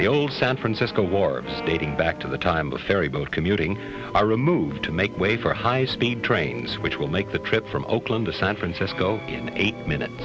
the old san francisco wards dating back to the time or ferry boat commuting are removed to make way for high speed trains which will make the trip from oakland to san francisco in eight minutes